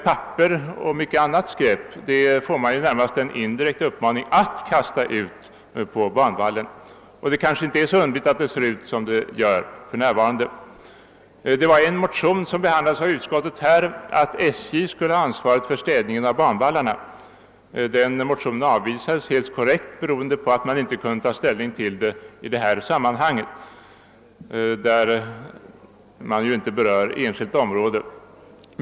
Däremot lämnas ju indirekt uppmaning att kasta ut papper och annat skräp på banvallen, och därför är det kanske inte så underligt att det ser ut som det gör för närvarande. Utskottet hade att ta ställning till en motion om att SJ skulle ha ansvaret för städning av banvallarna. Den motionen avvisades helt korrekt, på grund av att den inte kunde behandlas i detta sammanhang, som inte gäller enskilt område.